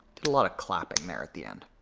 did a lot of clapping there at the end.